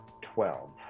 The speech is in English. Twelve